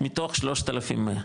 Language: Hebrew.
מתוך 3,100,